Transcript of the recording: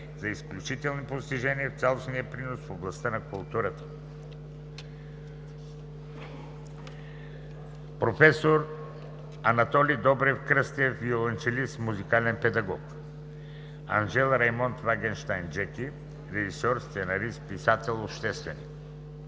за изключителни постижения в цялостния принос в областта на културата: професор Анатоли Добрев Кръстев – виолончелист, музикален педагог; Анжел Раймонд Вагенщайн (Джеки) – режисьор, сценарист, писател, общественик,